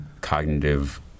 cognitive